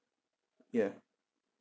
ya